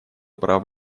прав